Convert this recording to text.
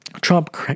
Trump